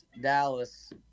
Dallas